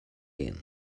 inn